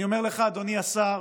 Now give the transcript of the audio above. אני אומר לך, אדוני השר,